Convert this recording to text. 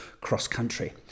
cross-country